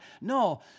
no